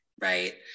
right